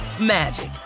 magic